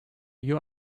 you